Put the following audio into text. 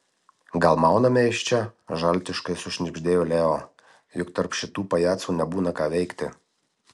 gal mauname iš čia žaltiškai sušnibždėjo leo juk tarp šitų pajacų nebūna ką veikti